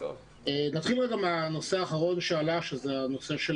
נתחיל מהנושא האחרון שעלה שזה הנושא של